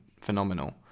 phenomenal